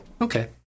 Okay